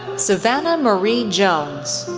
savanna marie jones,